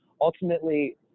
ultimately